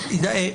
אין פה.